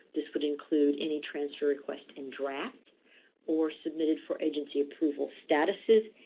this would include any transfer request in draft or submitted for agency approval statuses,